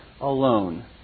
alone